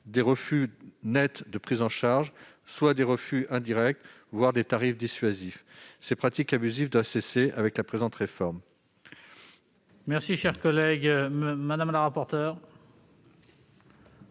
des refus nets de prise en charge, soit par des refus indirects, voire par des tarifs dissuasifs. Ces pratiques abusives doivent cesser avec cette réforme.